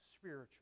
spiritual